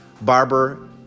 barber